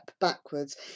backwards